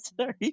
sorry